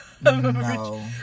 No